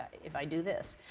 if i do this.